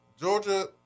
Georgia